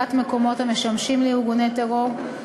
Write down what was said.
ולסגירת מקומות המשמשים לארגוני טרור,